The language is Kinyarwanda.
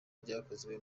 ryakozwe